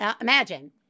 imagine